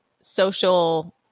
social